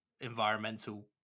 environmental